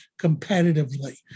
competitively